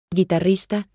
Guitarrista